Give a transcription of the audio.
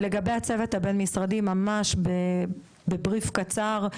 לגבי הצוות הבין משרדי, ממש בבריף קצר,